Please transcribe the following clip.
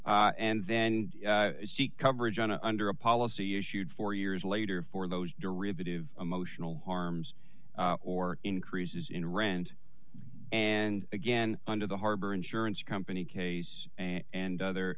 tenent and then seek coverage on under a policy issued four years later for those derivative emotional arms or increases in rent and again under the harbor insurance company case and other